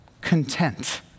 content